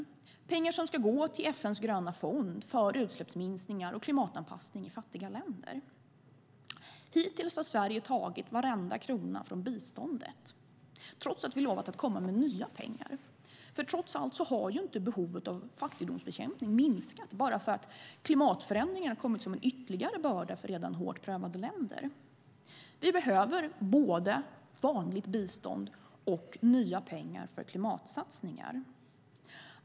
Det är pengar som ska gå till FN:s gröna fond för utsläppsminskningar och klimatanpassning i fattiga länder. Hittills har Sverige tagit varenda krona från biståndet trots att vi har lovat att komma med nya pengar. Trots allt har inte behovet av fattigdomsbekämpning minskat bara för att klimatförändringarna har kommit som en ytterligare börda för redan hårt prövade länder. Vi behöver både vanligt bistånd och nya pengar för klimatsatsningar.